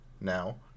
Now